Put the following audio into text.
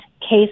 case